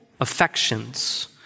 affections